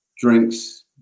drinks